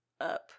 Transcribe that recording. up